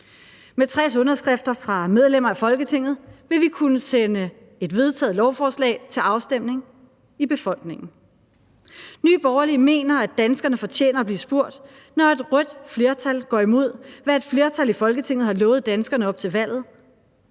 Med 60 underskrifter fra medlemmer af Folketinget vil vi kunne sende et vedtaget lovforslag til afstemning i befolkningen. Nye Borgerlige mener, at danskerne fortjener at blive spurgt, når et rødt flertal går imod, hvad et flertal i Folketinget har lovet danskerne op til valget,